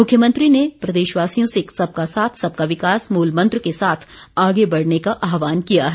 मुख्यमंत्री ने प्रदेशवासियों से सबका साथ सबका विकास मूल मंत्र के साथ आगे बढ़ने का आहवान किया है